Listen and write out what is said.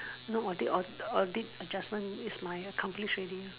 no audit or audit adjustment is my accomplish already